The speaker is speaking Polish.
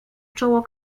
czoło